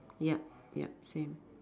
yup yup same